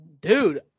Dude